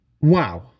Wow